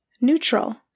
neutral